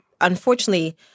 unfortunately